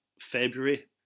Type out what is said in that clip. February